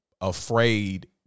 afraid